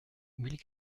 mille